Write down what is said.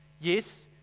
Yes